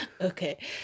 Okay